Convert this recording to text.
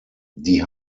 die